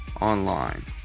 online